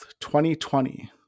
2020